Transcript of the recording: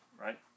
right